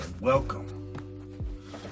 welcome